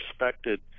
respected